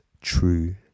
true